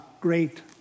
great